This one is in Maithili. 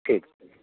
ठीक